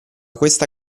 questa